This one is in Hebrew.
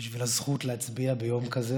בשביל הזכות להצביע ביום כזה,